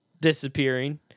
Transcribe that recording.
disappearing